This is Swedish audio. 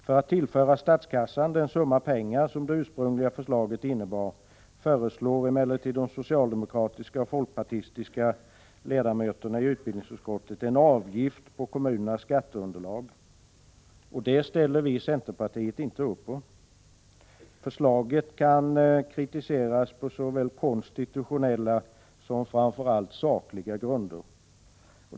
För att tillföra statskassan den summa pengar som det ursprungliga förslaget innebar vill emellertid de socialdemokratiska och folkpartistiska ledamöterna i utbildningsutskottet ta ut en avgift på kommunernas skatteunderlag. Det ställer vi i centerpartiet oss inte bakom. Förslaget kan kritiseras på såväl konstitutionella som, framför allt, sakliga grunder.